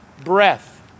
breath